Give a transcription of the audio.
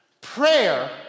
prayer